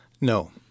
No